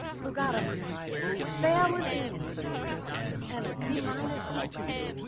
who got a fail in english and a d-minus in speech